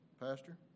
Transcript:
pastor